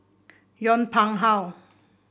Yong Pung How